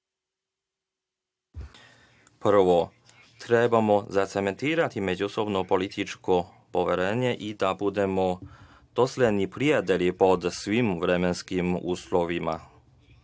Prvo, trebamo zacementirati međusobno političko poverenje i da budemo dosledni prijatelji pod svim vremenskim uslovima.